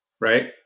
Right